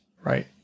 Right